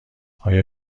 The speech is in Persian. آیا